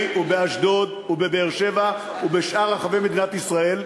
ובאשדוד ובבאר-שבע ובשאר רחבי מדינת ישראל,